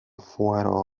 fuero